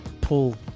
pull